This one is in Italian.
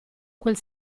quel